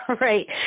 right